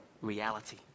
reality